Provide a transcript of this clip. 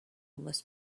must